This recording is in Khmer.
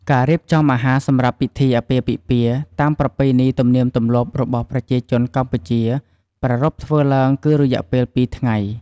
ការរៀបចំអាហារសម្រាប់ពិធីអាពាហ៍ពិពាហ៍ តាមប្រពៃណីទំលៀមទម្លាប់របស់ប្រជាជនកម្ពុជា ប្រារព្ធធ្វើឡើងគឺរយៈពេល២ថ្ងៃ។